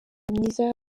myiza